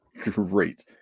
Great